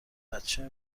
بچه